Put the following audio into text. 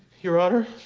your honor,